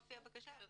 באופי הבקשה.